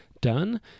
done